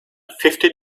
fifty